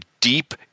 Deep